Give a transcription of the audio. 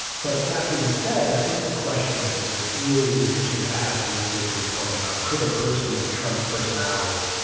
but that being said, i think the question that that really is interesting to ask and this goes to your point about, could a person with trump's personality,